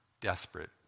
desperate